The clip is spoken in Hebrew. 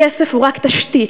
כסף הוא רק תשתית,